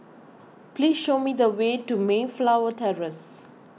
please show me the way to Mayflower Terrace